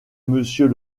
monsieur